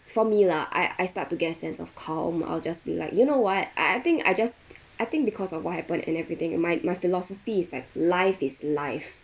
for me lah I I start to get a sense of calm I'll just be like you know what I I think I just I think because of what happened and everything my my philosophy is that life is life